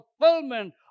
fulfillment